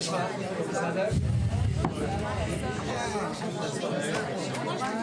עוד מעט